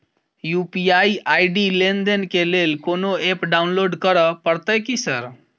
UPI ID लेनदेन केँ लेल कोनो ऐप डाउनलोड करऽ पड़तय की सर?